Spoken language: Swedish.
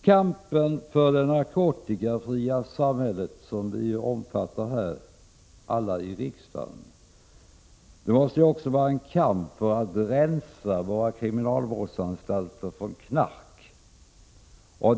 Kampen för det narkotikafria samhället, som vi alla här i riksdagen omfattar, måste också vara en kamp för att rensa våra kriminalvårdsanstalter från knark.